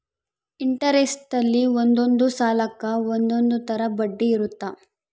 interest ಅಲ್ಲಿ ಒಂದೊಂದ್ ಸಾಲಕ್ಕ ಒಂದೊಂದ್ ತರ ಬಡ್ಡಿ ಇರುತ್ತ